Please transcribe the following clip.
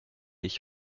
ich